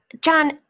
John